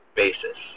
basis